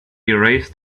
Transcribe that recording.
erased